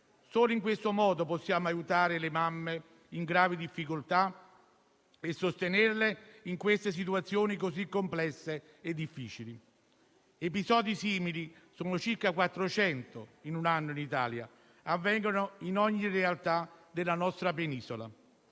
Solo in questo modo possiamo aiutare le mamme in gravi difficoltà e sostenerle in situazioni così complesse e difficili. Episodi simili (sono circa 400 in un anno in Italia) avvengono in ogni realtà della nostra penisola.